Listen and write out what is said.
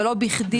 ולא בכדי,